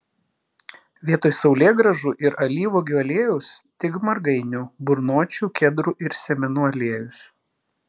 vietoj saulėgrąžų ir alyvuogių aliejaus tik margainių burnočių kedrų ir sėmenų aliejus